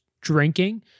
drinking